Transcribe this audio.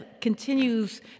continues